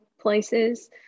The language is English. places